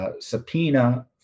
Subpoena